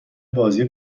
بازی